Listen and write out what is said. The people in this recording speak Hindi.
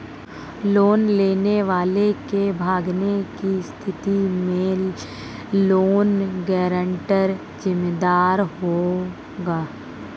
लोन लेने वाले के भागने की स्थिति में लोन गारंटर जिम्मेदार होगा